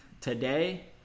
today